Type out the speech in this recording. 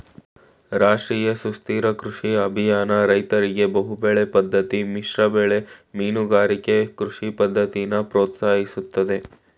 ರಾಷ್ಟ್ರೀಯ ಸುಸ್ಥಿರ ಕೃಷಿ ಅಭಿಯಾನ ರೈತರಿಗೆ ಬಹುಬೆಳೆ ಪದ್ದತಿ ಮಿಶ್ರಬೆಳೆ ಮೀನುಗಾರಿಕೆ ಕೃಷಿ ಪದ್ದತಿನ ಪ್ರೋತ್ಸಾಹಿಸ್ತದೆ